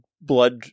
blood